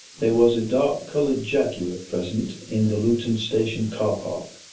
there was a dark coloured jaguar present in the luton station car-park,